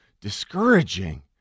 discouraging